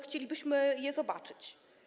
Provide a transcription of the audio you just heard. Chcielibyśmy je zobaczyć.